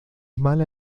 mala